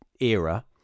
era